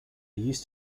used